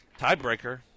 Tiebreaker